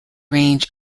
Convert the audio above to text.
range